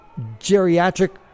geriatric